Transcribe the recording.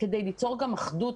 כדי ליצור גם אחדות,